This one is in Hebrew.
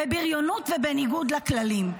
בבריונות ובניגוד לכללים.